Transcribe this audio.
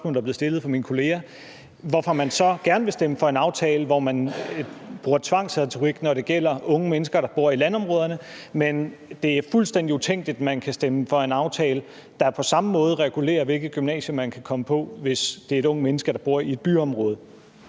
er blevet stillet af mine kollegaer, gerne vil stemme for en aftale, hvor der bruges tvangsfordeling, når det gælder unge mennesker, der bor i landområder, mens det er fuldstændig utænkeligt, at man kan stemme for en aftale, der på samme måde regulerer, hvilket gymnasium en elev kan komme på, hvis det er et ungt menneske, der bor i et byområde.